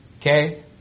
Okay